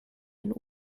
ein